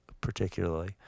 particularly